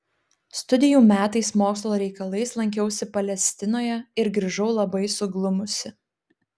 studijų metais mokslo reikalais lankiausi palestinoje ir grįžau labai suglumusi